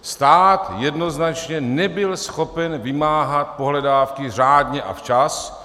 Stát jednoznačně nebyl schopen vymáhat pohledávky řádně a včas.